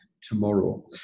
tomorrow